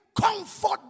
comfort